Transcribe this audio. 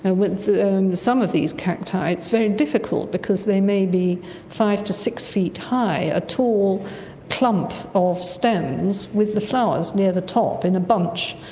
ah with some of these cacti it's very difficult because they may be five to six feet high, a tall clump of stems with the flowers near the top in a bunch.